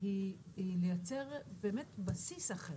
היא לייצר באמת בסיס אחר.